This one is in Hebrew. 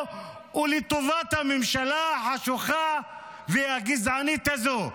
ולטובת הממשלה החשוכה והגזענית הזו.